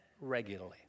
regularly